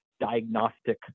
diagnostic